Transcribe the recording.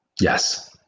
Yes